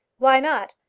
why not?